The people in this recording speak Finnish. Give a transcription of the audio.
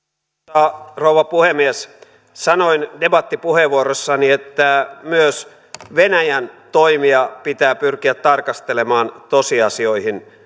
arvoisa rouva puhemies sanoin debattipuheenvuorossani että myös venäjän toimia pitää pyrkiä tarkastelemaan tosiasioihin